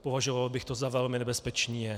Považoval bych to za velmi nebezpečný jev.